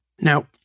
Now